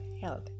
health